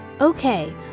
Okay